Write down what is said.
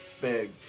Big